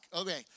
Okay